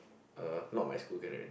uh not my school can already